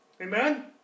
Amen